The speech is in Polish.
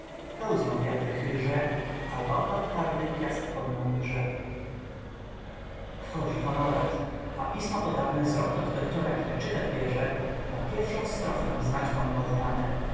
pełzną wiatry chyże a bałwan hardy piasek pod nią liże wchodzi honorat a pismo podane z rąk od doktora kiedy czytać bierze na pierwszą strofę znać po nim odmianę